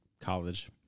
college